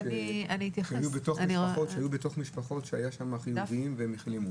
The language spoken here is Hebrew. יש משפחות שהיו בהן ילדים חיוביים והם החלימו.